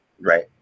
right